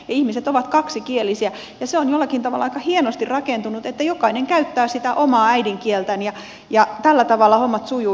ihmiset ovat kaksikielisiä ja se on jollakin tavalla aika hienosti rakentunut että jokainen käyttää sitä omaa äidinkieltään ja tällä tavalla hommat sujuvat